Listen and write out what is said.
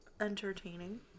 entertaining